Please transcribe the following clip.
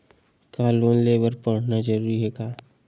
का लोन ले बर पढ़ना जरूरी हे का?